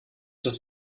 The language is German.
das